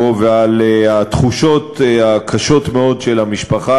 ועל התחושות הקשות מאוד של המשפחה,